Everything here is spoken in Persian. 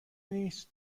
نیست